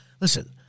Listen